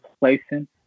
placing